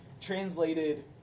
translated